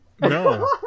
No